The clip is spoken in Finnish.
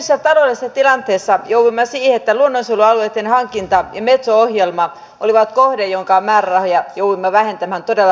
nykyisessä taloudellisessa tilanteessa joudumme siihen että luonnonsuojelualueitten hankinta ja metso ohjelma olivat kohde jonka määrärahoja jouduimme vähentämään todella paljon